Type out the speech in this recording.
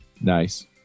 Nice